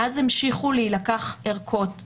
מאז המשיכו להילקח ערכות.